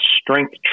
strength